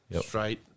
straight